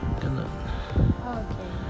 Okay